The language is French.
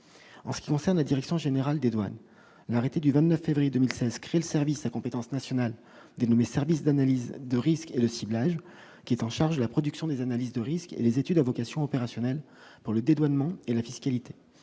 en ce qui concerne la direction générale des douanes arrêté du 29 février 2016 crée le service à compétence nationale dénommé service d'analyse de risques le ciblage qui est en charge de la production des analyses de risques et les études à vocation opérationnelle pour le dédouanement et la fiscalité,